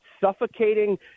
suffocating